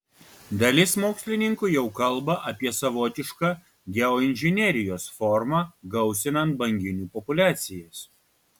dalis mokslininkų jau kalba apie savotišką geoinžinerijos formą gausinant banginių populiacijas